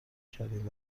کردیم